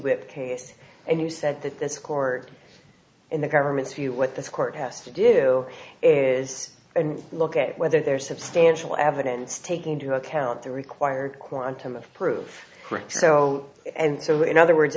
whip case and you said that this court in the government's view what this court has to do is look at whether there's substantial evidence taking into account the required quantum of proof so and so in other words